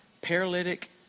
Paralytic